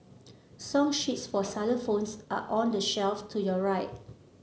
song sheets for xylophones are on the shelf to your right